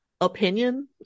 opinion